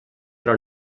però